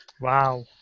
Wow